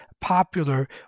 popular